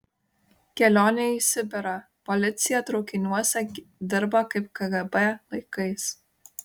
kelionė į sibirą policija traukiniuose dirba kaip kgb laikais